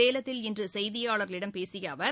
சேலத்தில் இன்று செய்தியாளர்களிடம் பேசிய அவர்